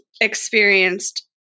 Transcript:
experienced